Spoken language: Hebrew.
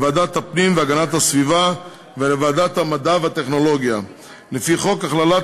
לוועדת הפנים והגנת הסביבה ולוועדת המדע והטכנולוגיה לפי חוק הכללת